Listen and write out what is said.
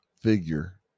figure